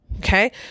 Okay